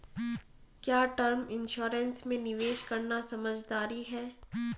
क्या term insurance में निवेश करना समझदारी है?